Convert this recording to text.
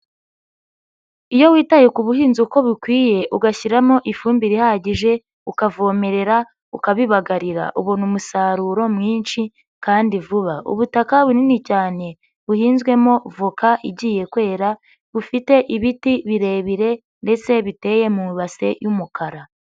Iyo witaye ku buhinzi uko bikwiye ugashyiramo ifumbire ihagije, ukavomerera, ukabibagarira, ubona umusaruro mwinshi kandi vuba. Ubutaka bunini cyane buhinzwemo voka igiye kwera, bufite ibiti birebire ndetse biteye mu base y'umukara.